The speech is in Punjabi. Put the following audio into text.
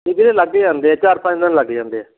ਤਾਂ ਵੀਰੇ ਲੱਗ ਜਾਂਦੇ ਆ ਚਾਰ ਪੰਜ ਦਿਨ ਲੱਗ ਜਾਂਦੇ ਆ